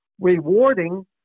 rewarding